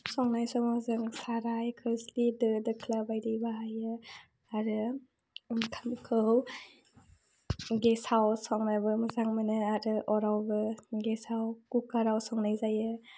संनाय समाव जों साराय खोस्लि दो दोख्ला बायदि बाहायो आरो ओंखामखौ गेसाव संनोबो मोजां मोनो आरो अरावबो गेसाव कुकाराव संनाय जायो